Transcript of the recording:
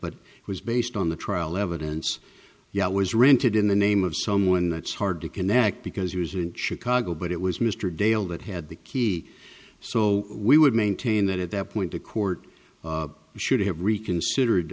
but it was based on the trial evidence yet was rented in the name of someone that's hard to connect because he was in chicago but it was mr dale that had the key so we would maintain that at that point the court should have reconsidered